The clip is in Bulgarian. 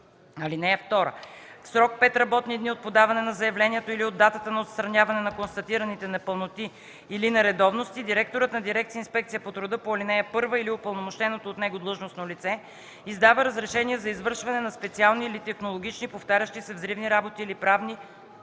им. (2) В срок 5 работни дни от подаване на заявлението или от датата на отстраняване на констатираните непълноти или нередовности директорът на дирекция „Инспекция по труда” по ал. 1 или упълномощеното от него длъжностно лице издава разрешение за извършване на специални или технологични (повтарящи се) взривни работи или прави